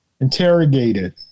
interrogated